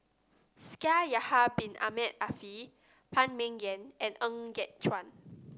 Shaikh Yahya Bin Ahmed Afifi Phan Ming Yen and Ng Yat Chuan